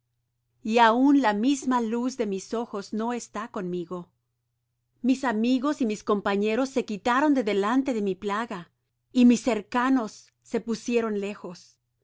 y aun la misma luz de mis ojos no está conmigo mis amigos y mis compañeros se quitaron de delante de mi plaga y mis cercanos se pusieron lejos